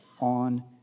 on